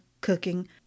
cooking